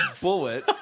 bullet